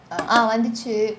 வந்துடுச்சி :vanthuduchi